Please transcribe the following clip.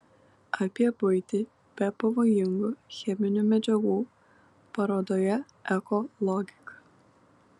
apie buitį be pavojingų cheminių medžiagų parodoje eko logika